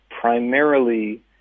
primarily